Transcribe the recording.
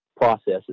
processes